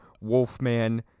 Wolfman